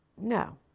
No